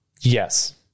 Yes